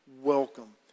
welcome